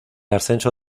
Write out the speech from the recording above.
ascenso